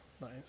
Nice